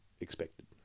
expected